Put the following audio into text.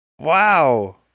Wow